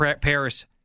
Paris